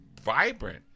vibrant